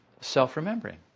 self-remembering